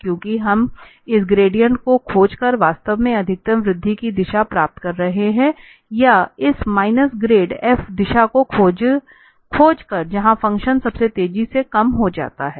क्योंकि हम इस ग्रेडिएंट को खोज कर वास्तव में अधिकतम वृद्धि की दिशा प्राप्त कर रहे हैं या इस माइनस ग्रेड f दिशा को खोज कर जहां फ़ंक्शन सबसे तेजी से कम हो जाता है